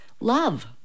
Love